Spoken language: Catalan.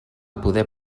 poder